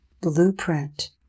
blueprint